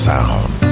Sound